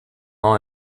nom